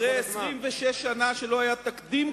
התחייבות של מפלגת העבודה?